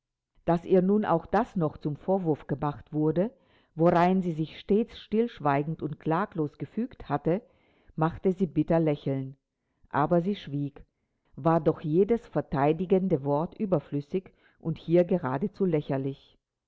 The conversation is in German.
daß ihr nun auch das noch zum vorwurf gemacht wurde worein sie sich stets stillschweigend und klaglos gefügt hatte machte sie bitter lächeln aber sie schwieg war doch jedes verteidigende wort überflüssig und hier geradezu lächerlich